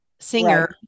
singer